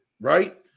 right